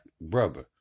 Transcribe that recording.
brother